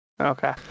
Okay